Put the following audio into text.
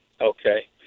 Okay